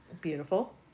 Beautiful